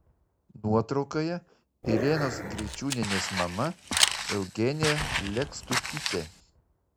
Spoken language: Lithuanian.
nuotraukoje irenos greičiūnienės mama eugenija lekstutytė